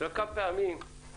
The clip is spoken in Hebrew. אתם יודעים כמה פעמים צברתי,